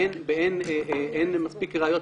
באין מספיק ראיות.